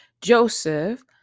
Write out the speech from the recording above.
Joseph